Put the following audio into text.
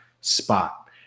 spot